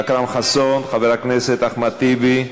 אכרם חסון, חבר הכנסת אחמד טיבי.